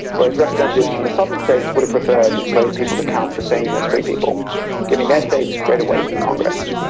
whereas representatives from the southern states would have preferred enslaved people to count the same as free people giving their states greater weight in congress.